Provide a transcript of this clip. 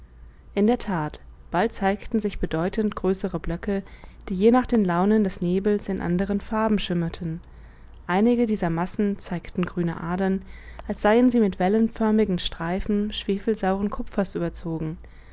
in der that bald zeigten sich bedeutend größere blöcke die je nach den launen des nebels in anderen farben schimmerten einige dieser massen zeigten grüne adern als seien sie mit wellenförmigen streifen schwefelsauren kupfers überzogen